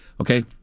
okay